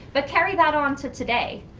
but carry that on to today.